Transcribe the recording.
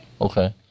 Okay